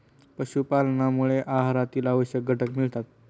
पशुपालनामुळे आहारातील आवश्यक घटक मिळतात